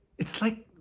it's like,